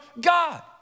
God